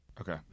Okay